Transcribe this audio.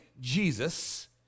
Jesus